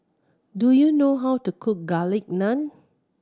do you know how to cook Garlic Naan